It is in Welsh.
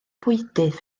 bwydydd